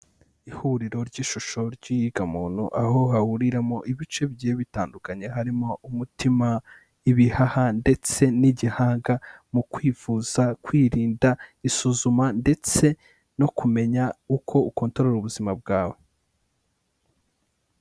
Ihuriro ry'ishusho ry'iyigamuntu, aho hahuriramo ibice bigiye bitandukanye harimo umutima, ibihaha ndetse n'igihanga, mu kwivuza, kwirinda isuzuma ndetse no kumenya uko ukontorora ubuzima bwawe.